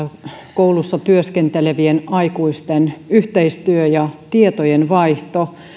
koulussa työskentelevien aikuisten yhteistyöstä ja tietojen vaihdosta